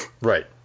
Right